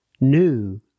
new